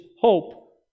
hope